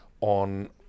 on